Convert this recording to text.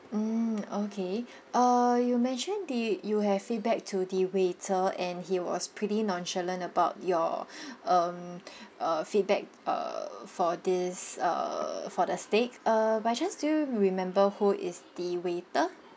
mm okay uh you mentioned the you have feedback to the waiter and he was pretty nonchalant about your um uh feedback uh for this uh for the steak uh by chance do you remember who is the waiter